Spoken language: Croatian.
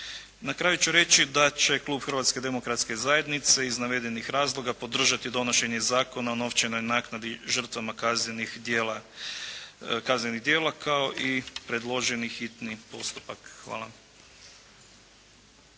Na kraju ću reći da će Klub Hrvatske demokratske zajednice iz navedenih razloga podržati donošenje Zakona o novčanoj naknadi žrtvama kaznenih djela kao i predloženi hitni postupak. Hvala.